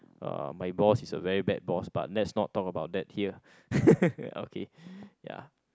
uh my boss is a very bad boss but let's not talk about that here okay ya